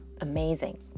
amazing